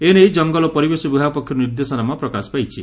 ଏ ନେଇ ଜଙ୍ଗଲ ଓ ପରିବେଶ ବିଭାଗ ପକ୍ଷରୁ ନିର୍ଦ୍ଦେଶନାମା ପ୍ରକାଶ ପାଇଛି